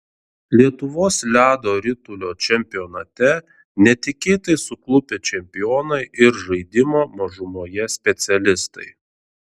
lietuvos ledo ritulio čempionate netikėtai suklupę čempionai ir žaidimo mažumoje specialistai